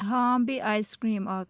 ہاں بیٚیہِ ice cream اَکھ